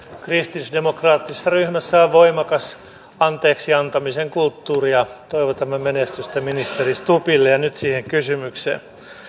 kristillisdemokraattisessa ryhmässä on voimakas anteeksi antamisen kulttuuri ja toivotamme menestystä ministeri stubbille nyt siihen kysymykseen